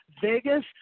Vegas